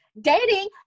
Dating